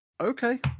Okay